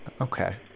okay